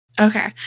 Okay